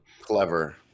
Clever